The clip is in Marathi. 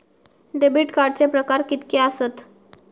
डेबिट कार्डचे प्रकार कीतके आसत?